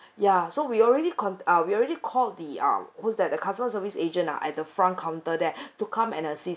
ya so we already cont~ uh we already called the uh who's that the customer service agent ah at the front counter there to come and assist